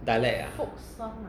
dialect ah